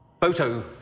photo